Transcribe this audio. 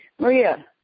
Maria